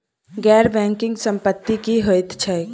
गैर बैंकिंग संपति की होइत छैक?